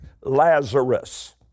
Lazarus